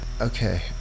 okay